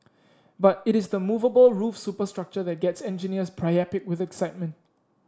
but it is the movable roof superstructure that gets engineers priapic with excitement